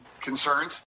concerns